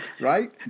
right